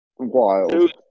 Wild